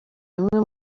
bimwe